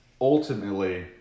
ultimately